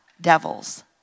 devils